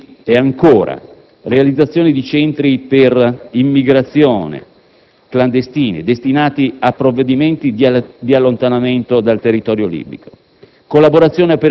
frontiere. E ancora, realizzazione di centri per immigrati clandestini, destinatari di provvedimenti di allontanamento dal territorio libico.